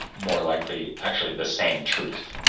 more likely, actually the same truth.